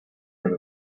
per